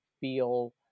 feel